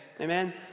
amen